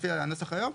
לפי הנוסח היום,